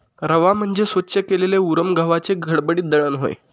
रवा म्हणजे स्वच्छ केलेल्या उरम गव्हाचे खडबडीत दळण होय